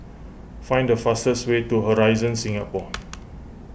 find the fastest way to Horizon Singapore